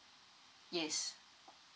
yes